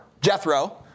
Jethro